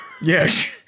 Yes